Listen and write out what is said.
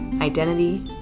identity